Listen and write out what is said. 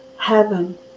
heaven